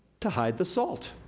to hide the salt.